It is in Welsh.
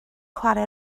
chwarae